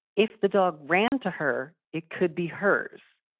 if the dog ran to her, it could be hers.